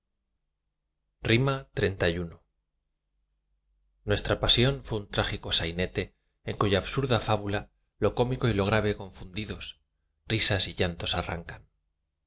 yo xxxi nuestra pasión fué un trágico sainete en cuya absurda fábula lo cómico y lo grave confundidos risas y llanto arrancan